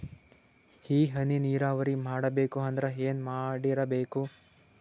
ಈ ಹನಿ ನೀರಾವರಿ ಮಾಡಬೇಕು ಅಂದ್ರ ಏನ್ ಮಾಡಿರಬೇಕು?